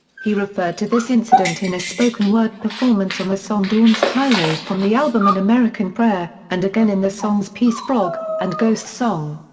he referred to this incident in a spoken word performance on the song dawn's highway from the album an and american prayer, and again in the songs peace frog and ghost song.